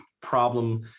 problem